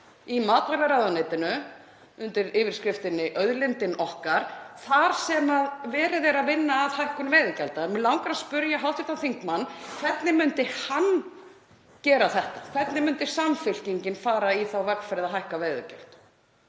í matvælaráðuneytinu undir yfirskriftinni auðlindin okkar þar sem verið er að vinna að hækkun veiðigjalda. Mig langar að spyrja hv. þingmann: Hvernig myndi hann gera þetta? Hvernig myndi Samfylkingin fara í þá vegferð að hækka veiðigjöld?